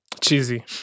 Cheesy